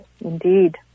indeed